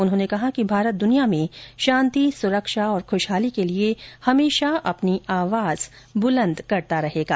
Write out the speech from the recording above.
उन्होंने कहा कि भारत दुनिया में शांति सुरक्षा और खुशहाली के लिए हमेशा अपनी आवाज बुलंद करता रहेगा